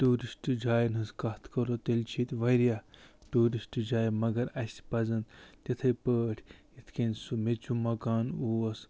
tourist جایَن ہٕنٛز کَتھ کَرَو تیٚلہِ چھِ ییٚتہِ واریاہ ٹوٗرِسٹ جایہِ مگر اَسہِ پَزَن تِتھٕے پٲٹھۍ یِتھ کَنہِ سُہ میٚژیوٗ مکانہٕ اوس